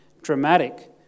dramatic